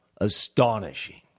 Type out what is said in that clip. astonishing